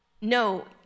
No